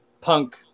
punk